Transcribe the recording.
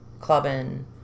clubbing